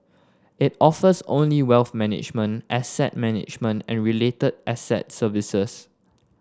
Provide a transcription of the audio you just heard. it offers only wealth management asset management and related asset services